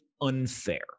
unfair